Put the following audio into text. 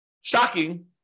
shocking